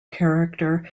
character